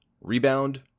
Rebound